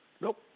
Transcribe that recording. Nope